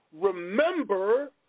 Remember